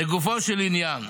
לגופו של ענין,